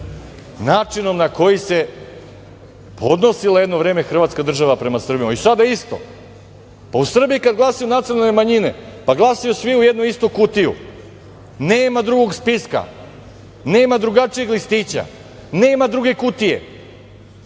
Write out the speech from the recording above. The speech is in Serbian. načinom na koji odnosila jedno vreme Hrvatska država prema Srbima, i sada isto. U Srbiji kada glasaju nacionalne manjine, pa glasaju svi u jednu kutiju, nema drugog spiska, nema drugačijeg listića, nema druge kutije,